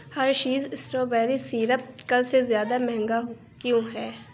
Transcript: Hershey's strawberry syrup کل سے زیادہ مہنگا کیوں ہے